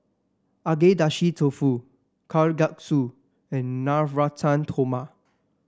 Agedashi Dofu Kalguksu and Navratan Korma